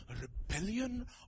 rebellion